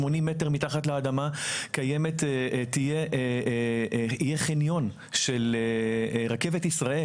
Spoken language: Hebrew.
80 מטרים מתחת לאדמה יהיה חניון של רכבת ישראל.